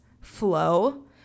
flow